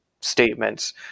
statements